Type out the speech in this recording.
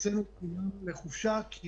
הוצאנו את כולם לחופשה כי